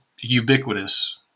ubiquitous